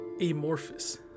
amorphous